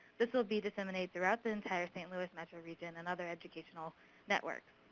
this'll be disseminated throughout the entire st. louis metro region, and other educational networks.